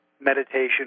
meditation